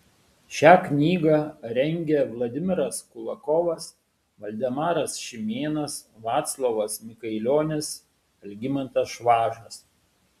šią knygą rengia vladimiras kulakovas valdemaras šimėnas vaclovas mikailionis algimantas švažas